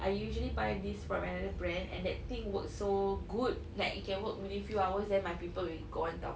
I usually buy this from another brand and that thing works so good like it can work within few hours then my pimple will be gone [tau]